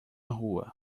rua